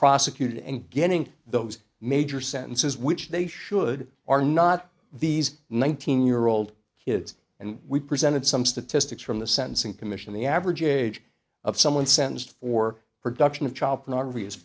prosecuted and getting those major sentences which they should are not these nineteen year old kids and we presented some statistics from the sentencing commission the average age of someone sentenced for production of child pornography is